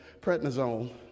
prednisone